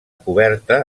coberta